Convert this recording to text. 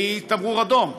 והיא תמרור אדום,